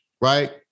right